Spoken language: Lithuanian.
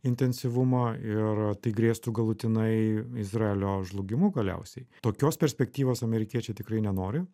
intensyvumą ir tai grėstų galutinai izraelio žlugimu galiausiai tokios perspektyvos amerikiečiai tikrai nenori